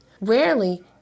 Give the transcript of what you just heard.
Rarely